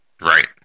Right